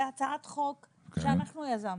זה הצעת חוק שאנחנו יזמנו.